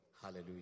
Hallelujah